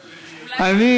הנכון.